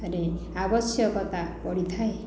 ରେ ଆବଶ୍ୟକତା ପଡ଼ିଥାଏ